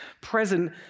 present